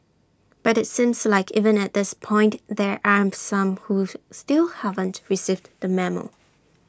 but IT seems like even at this point there are some who still haven't received the memo